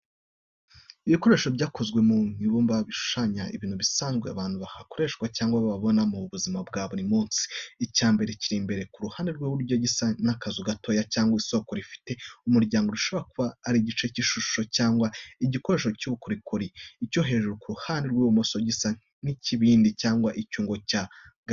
Ibikoresho byakozwe mu ibumba bishushanya ibintu bisanzwe abantu bakoresha cyangwa babona mu buzima bwa buri munsi. Icya mbere kiri imbere ku ruhande rw’iburyo gisa n’akazu gato cyangwa isoko rifite umuryango, gishobora kuba ari igice cy’ishusho cyangwa igikoresho cy’ubukorikori. Icyo hejuru ku ruhande rw’ibumoso gisa n’ikibindi cyangwa icyungo cya gakondo.